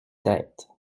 têtes